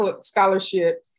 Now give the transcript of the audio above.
scholarship